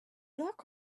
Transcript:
luck